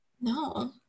No